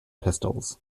pistols